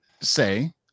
say